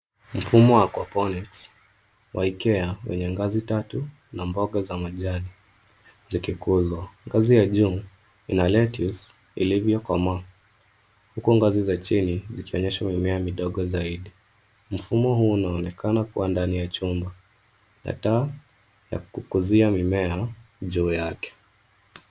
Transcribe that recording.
Mfumo wa hydroponics wakea katika ngazi tatu na mboga za majani zikikuzwa, ngazi ya juu ina lettuce ilivyo komaa uko ngazi ya jini ikionyesha mimea midogo zaidi, mfumo huu inaonekana kuwa ndani ya chuma hasa ya kukuzia mimea juu yake.